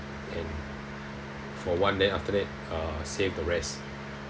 and for one then after that uh save the rest